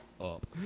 up